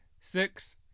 six